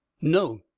No